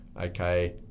okay